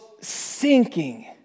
sinking